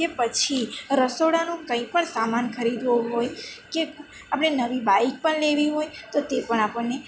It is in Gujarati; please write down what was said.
કે પછી રસોડાનું કંઈ પણ સામાન ખરીદવો હોય કે આપણે નવી બાઈક પણ લેવી હોય તો તે પણ આપણને